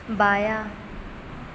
بایاں